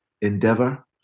endeavor